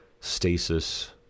stasis